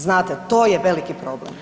Znate, to je veliki problem.